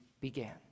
began